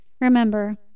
Remember